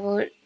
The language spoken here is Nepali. अब